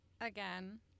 again